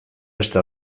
beste